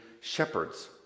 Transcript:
shepherds